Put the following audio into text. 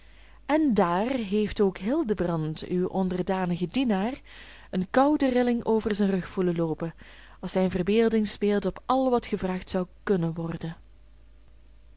en daar heeft ook hildebrand uw onderdanige dienaar een koude rilling over zijn rug voelen loopen als zijne verbeelding speelde op al wat gevraagd zou kunnen worden